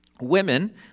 women